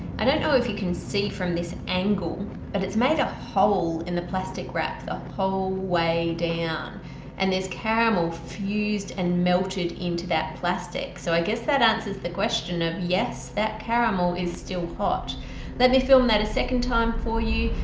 i don't know if you can see from this angle but it's made a hole in the plastic wrap the whole way down and this caramel fused and melted into that plastic so i guess that answers the question of yes that caramel is still hot let me film that a second time for you,